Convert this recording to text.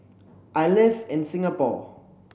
I live in Singapore